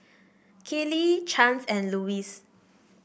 Kellee Chance and Louis